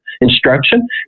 instruction